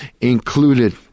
included